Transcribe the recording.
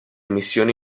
missioni